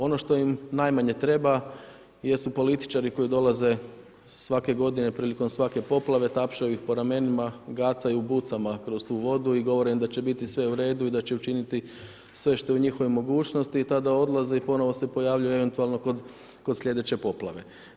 Ono što im najmanje treba jesu političari koji dolaze svake godine, prilikom svake poplave, tapšaju ih po ramenima, gacaju u bucama kroz tu vodu i govore im da će biti sve u redu i da će učiniti sve što je u njihovoj mogućnosti i tada odlaze i ponovno se pojavljuju eventualno kod sljedeće poplave.